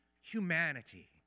humanity